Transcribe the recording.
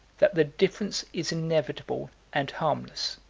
that the difference is inevitable and harmless.